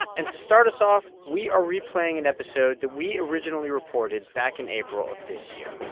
and to start us off, we are replaying an episode that we originally reported back in april of this year